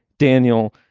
daniel,